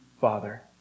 Father